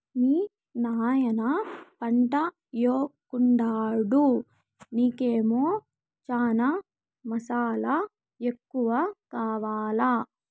మీ నాయన పంటయ్యెకుండాడు నీకేమో చనా మసాలా ఎక్కువ కావాలా